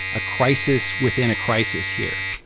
a crisis within a crisis here.